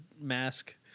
mask